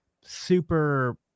super